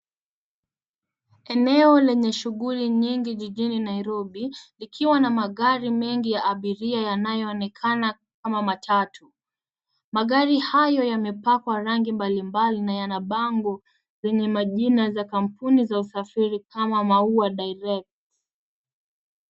Eneo lenye shughuli nyingi jijini Nairobi, likiwa na magari mengi ya abiria yanayoonekana kama matatu. Magari hayo yamepakwa rangi mbalimbali na yana mabango yenye majina ya kampuni za usafiri kama Maua Direct.